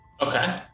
Okay